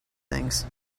things